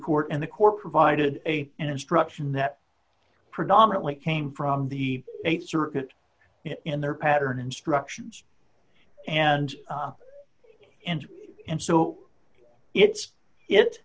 court and the core provided a and instruction that predominantly came from the th circuit in their pattern instructions and and and so it's it